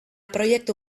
proiektu